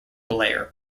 blair